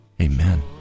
Amen